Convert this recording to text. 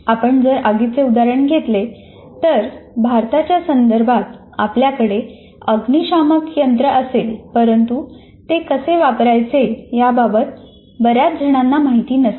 आपण जर आगीचे उदाहरण घेतले तर भारताच्या संदर्भात आपल्याकडे अग्निशामक यंत्र असेल परंतु ते कसे वापरायचे याबाबत बऱ्याच जणांना माहिती नसेल